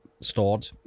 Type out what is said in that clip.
stored